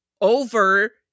over